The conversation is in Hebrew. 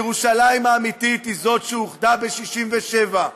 וירושלים האמיתית היא זאת שאוחדה ב-67',